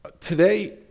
Today